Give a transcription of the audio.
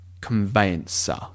conveyancer